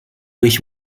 wish